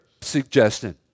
suggestion